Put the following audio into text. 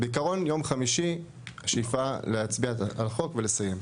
בעיקרון ביום חמישי השאיפה להצביע על החוק ולסיים.